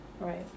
Right